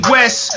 West